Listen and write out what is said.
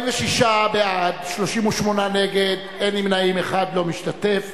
46 בעד, 38 נגד, אין נמנעים, אחד לא משתתף.